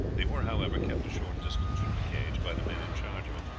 they were, however, kept a short distance from the cage by the men in charge of it.